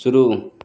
शुरू